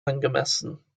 angemessen